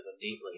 deeply